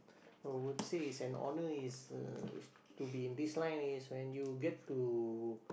I would say it's an honour is uh to be in this line is when you get to